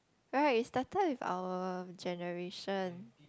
right it started with our generation